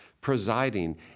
presiding